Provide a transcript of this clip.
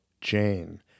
Jane